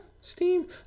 Steam